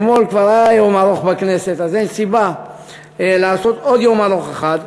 אתמול כבר היה יום ארוך בכנסת אז אין סיבה לעשות עוד יום ארוך אחד.